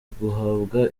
guhabwa